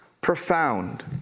profound